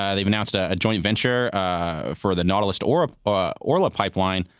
yeah they've announced a joint venture for the nautilus orla orla pipeline,